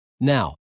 Now